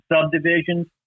subdivisions